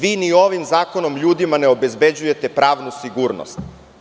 Vi ni ovim zakonom ljudima ne obezbeđujete pravnu sigurnost.